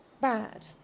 Bad